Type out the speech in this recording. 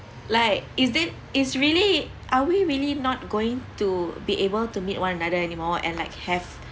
like is it is really are we really not going to be able to meet one another anymore and like have